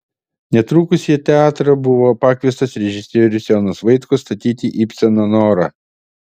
netrukus į teatrą buvo pakviestas režisierius jonas vaitkus statyti ibseno norą